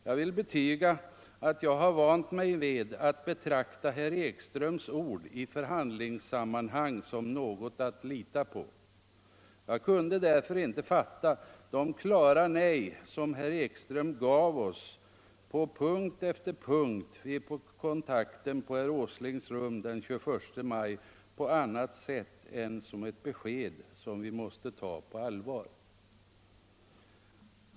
Jag vill betyga att jag har vant mig vid att betrakta herr Ekströms ord i förhandlingssammanhang som något att lita på. Jag kunde därför inte uppfatta de klara nej som herr Ekström gav oss på punkt efter punkt vid kontakten på herr Åslings rum den 21 maj som annat än ett besked som vi måste ta på allvar.